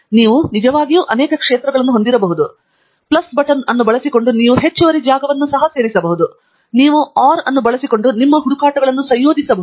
ನೀವು ನಿಜವಾಗಿಯೂ ಅನೇಕ ಕ್ಷೇತ್ರಗಳನ್ನು ಹೊಂದಬಹುದು ಮತ್ತು ಪ್ಲಸ್ ಬಟನ್ ಅನ್ನು ಬಳಸಿಕೊಂಡು ನೀವು ಹೆಚ್ಚುವರಿ ಜಾಗವನ್ನು ಸೇರಿಸಬಹುದು ಮತ್ತು ನೀವು OR ಅನ್ನು ಬಳಸಿಕೊಂಡು ನಿಮ್ಮ ಹುಡುಕಾಟಗಳನ್ನು ಸಂಯೋಜಿಸಬಹುದು